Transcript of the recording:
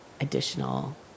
additional